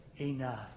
enough